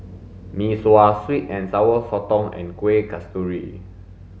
mee sua sweet and sour sotong and kueh kasturi